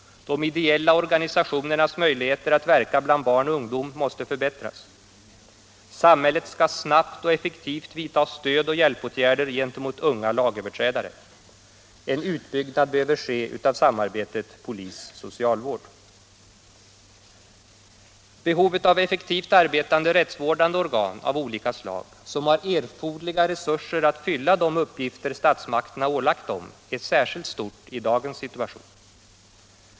De ideella organisationernas möjligheter att verka bland barn och ungdom måste förbättras. Samhället skall snabbt och effektivt vidta stöd och hjälpåtgärder gentemot unga lagöverträdare. En utbyggnad behöver ske av samarbetet polis-socialvård. Behovet av effektivt arbetande rättsvårdande organ av olika slag som har erforderliga resurser ätt fylla de uppgifter statsmakterna ålagt dem är särskilt stort i dagens situation.